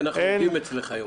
תשעה, מתנגדים ונמנעים אין.